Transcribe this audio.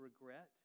regret